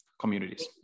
communities